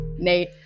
Nate